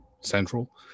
central